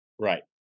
Right